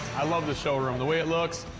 i love the showroom, the way it looks,